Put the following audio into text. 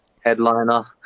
headliner